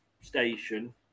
station